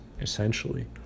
essentially